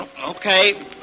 Okay